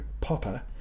Popper